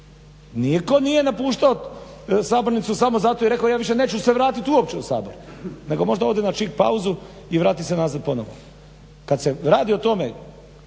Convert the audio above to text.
Nitko nije napuštao sabornicu samo zato i rekao e ja više se neću vrati uopće u Sabor nego možda ode na čik pauzu i vrati se nazad ponovo. Kada se radi o tome